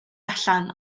allan